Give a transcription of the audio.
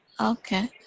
Okay